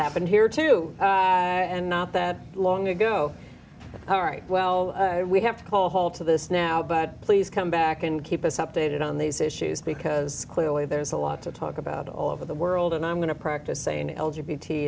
happened here too and not that long ago all right well we have to call a halt to this now but please come back and keep us updated on these issues because clearly there's a lot to talk about all over the world and i'm going to practice saying l